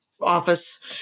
office